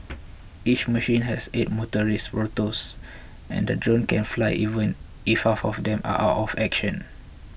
each machine has eight motorised rotors and the drone can fly even if half of them are out of action